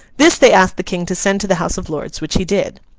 this they asked the king to send to the house of lords, which he did.